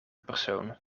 persoon